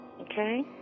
okay